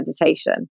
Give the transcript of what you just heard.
meditation